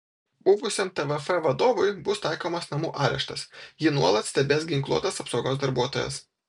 buvusiam tvf vadovui bus taikomas namų areštas jį nuolat stebės ginkluotas apsaugos darbuotojas